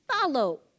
follow